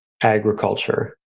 agriculture